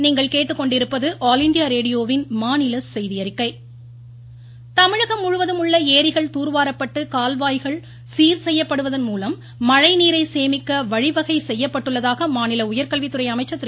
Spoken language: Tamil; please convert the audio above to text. ம் ம் ம் ம் ம் ம அன்பழகன் கமிழகம் முழுவதும் உள்ள ஏரிகள் தூர்வாரப்பட்டு கால்வாய்கள் சீர செய்யப்படுவதன் மூலம் மழைநீரை சேமிக்க வழிவகை செய்யப்பட்டுள்ளதாக மாநில உயர்கல்வித்துறை அமைச்சர் திரு